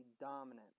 dominant